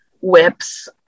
whips